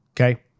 okay